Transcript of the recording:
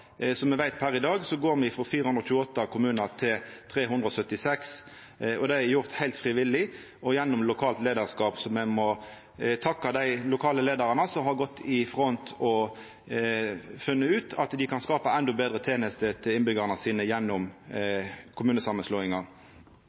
det me veit per i dag, går me frå 428 kommunar til 376, og det er gjort heilt frivillig og gjennom lokalt leiarskap. Så me må takka dei lokale leiarane som har gått i front og funne ut at dei kan skapa endå betre tenester til innbyggjarane sine gjennom